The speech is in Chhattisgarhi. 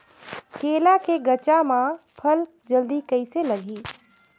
केला के गचा मां फल जल्दी कइसे लगही?